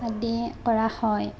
আদি কৰা হয়